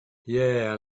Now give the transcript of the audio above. yeah